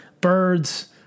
birds